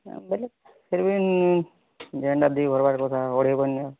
ବୋଲେ ଫିର୍ ଭି ଯେଉଁଟା ଦି ଭରିବା କଥା ଅଢ଼େଇ ଭରି ନିଅ